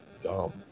dumb